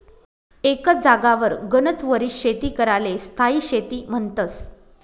एकच जागावर गनच वरीस शेती कराले स्थायी शेती म्हन्तस